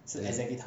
mm